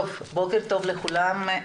בוקר טוב לכולם.